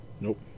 Nope